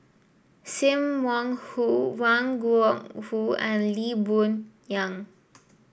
Sim Wong Hoo Wang Gungwu and Lee Boon Yang